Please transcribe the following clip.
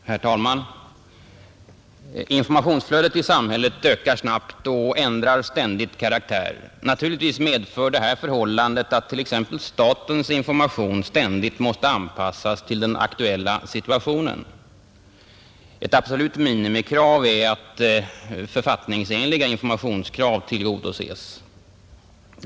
Herr talman! Informationsflödet i samhället ökar snabbt och ändrar snabbt karaktär. Naturligtvis medför det förhållandet att t.ex. statens information ständigt måste anpassas till den aktuella situationen. Ett absolut minimikrav är att författningsenliga informationskrav tillgodoses.